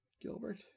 Gilbert